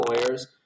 lawyers